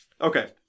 Okay